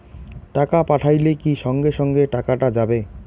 টাকা পাঠাইলে কি সঙ্গে সঙ্গে টাকাটা যাবে?